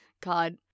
God